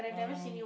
and